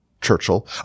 Churchill